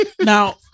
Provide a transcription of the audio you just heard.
Now